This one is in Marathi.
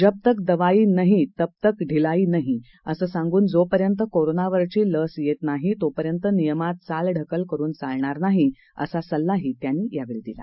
जब तक दवाई नाही तब तक ढिलाई नाही असं सांगून जोपर्यंत कोरोनावरची लस येत नाही तोपर्यंत नियमात चालढकल करून चालणार नाही असा सल्ला त्यांनी यावेळी दिला